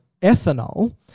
ethanol